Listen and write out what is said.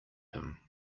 him